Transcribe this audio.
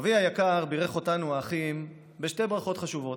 אבי היקר בירך אותנו, האחים, בשתי ברכות חשובות: